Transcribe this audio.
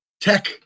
tech